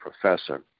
professor